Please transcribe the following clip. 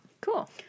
Cool